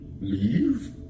Leave